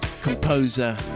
composer